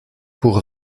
pour